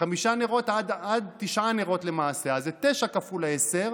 חמישה נרות, עד תשעה נרות, אז זה 9 כפול 10,